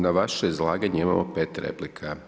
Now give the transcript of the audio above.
Na vaše izlaganje imamo 5 replika.